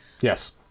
Yes